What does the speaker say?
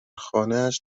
خانهاش